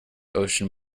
ocean